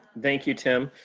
thank you, tim.